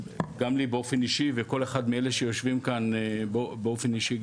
גם לי באופן אישי ולכל אחד מאלה שיושבים כאן גם באופן אישי.